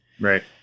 Right